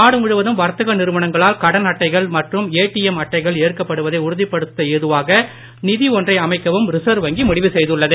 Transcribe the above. நாடு முழுவதும் வர்த்தக நிறுவனங்களால் கடன் அட்டைகள் மற்றும் ஏடிஎம் அட்டைகள் ஏற்கப்படுவதை உறுதிப்படுத்த ஏதுவாக நிதி ஒன்றை அமைக்கவும் ரிசர்வ் வங்கி முடிவு செய்துள்ளது